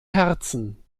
herzen